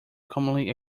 commonly